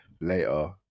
later